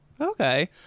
Okay